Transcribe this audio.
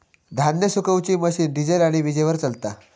धान्य सुखवुची machine diesel आणि वीजेवर चलता